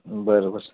बरं बरं